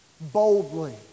boldly